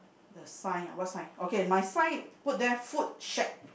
the sign ah what sign okay my sign put there food shack